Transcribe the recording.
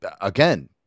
again